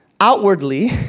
outwardly